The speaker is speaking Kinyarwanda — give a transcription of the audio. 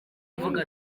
avuga